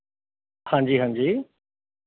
ਹਾਂਜੀ ਹਾਂਜੀ